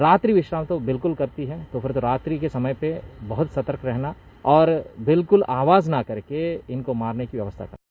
रात्रि में विश्राम वो बिल्कुल करती हैं तो रात्रि के समय पे बहुत सतर्क रहना और बिल्कुल आवाज न करने इनको मारने की व्यवस्था करना